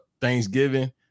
Thanksgiving